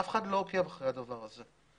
אף אחד לא עוקב אחרי הדבר הזה.